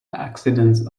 accidents